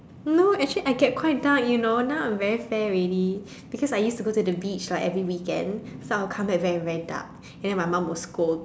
no actually I get quite dark you know now I'm very fair already because I used to go to the beach like every weekend so I'll come back very very dark and then my mum will scold